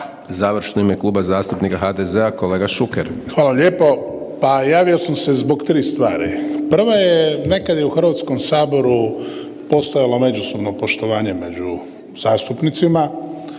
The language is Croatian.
Završno u ime Kluba zastupnika HDZ-a kolega Šuker.